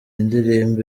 indirimbo